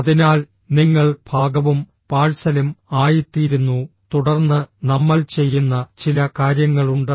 അതിനാൽ നിങ്ങൾ ഭാഗവും പാഴ്സലും ആയിത്തീരുന്നു തുടർന്ന് നമ്മൾ ചെയ്യുന്ന ചില കാര്യങ്ങളുണ്ട്